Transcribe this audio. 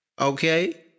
Okay